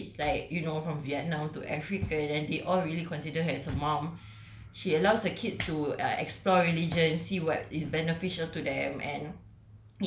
all types of kids like you know from vietnam to africa then they all really consider her as a mum she allows her kids to err explore religion and see what is beneficial to them and